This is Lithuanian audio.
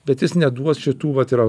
bet jis neduos šitų vat yra